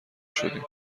شدیم